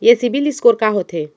ये CIBIL score का होथे?